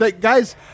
Guys